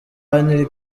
harry